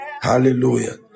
Hallelujah